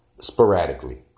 sporadically